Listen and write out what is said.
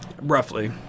Roughly